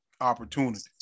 opportunities